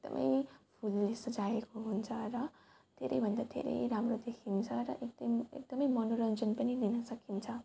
एकदम फुलले सजाएको हुन्छ र धेरै भन्दा धेरै राम्रो देखिन्छ र एकदम एकदम मनोरञ्जन पनि लिन सकिन्छ